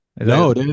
No